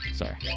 sorry